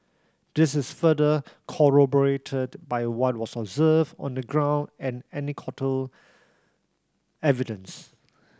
this is further corroborated by what was observed on the ground and anecdotal evidence